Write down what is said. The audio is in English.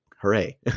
hooray